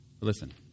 Listen